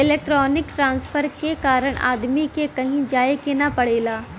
electronic transfer के कारण आदमी के कहीं जाये के ना पड़ेला